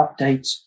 updates